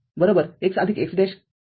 Fxy x x'